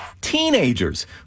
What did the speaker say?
teenagers